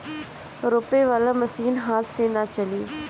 रोपे वाला मशीन हाथ से ना चली